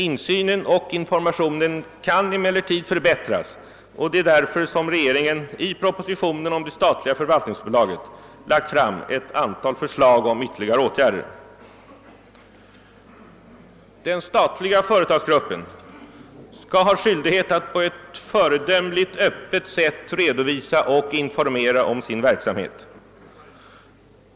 Insynen och informationen kan emellertid förbättras, och det är därför som regeringen i propositionen om det statliga förvaltningsbolaget lagt fram ett antal förslag om ytterligare åtgärder. Den statliga företagsgruppen skall ha skyldighet att på ett föredömligt öppet sätt redovisa och informera om sin verksamhet.